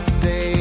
say